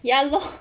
ya lor